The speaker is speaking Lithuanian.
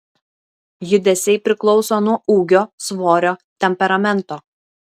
judesiai priklauso nuo ūgio svorio temperamento